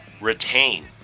retain